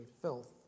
filth